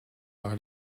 par